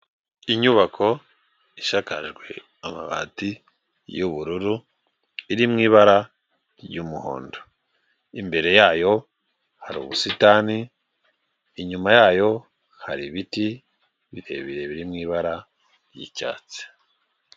Inyubako ishakajwe amabati y'ubururu iri mu ibara ry'umuhondo, imbere yayo hari ubusitani inyuma yayo hari ibiti birebire biri mu ibara ry'icyatsi.